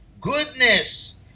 goodness